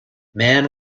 man